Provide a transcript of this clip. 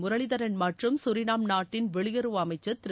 முரளீதரன் மற்றும் கரினாம் நாட்டின் வெளியுறவு அமைச்சர் திரு